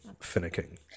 finicking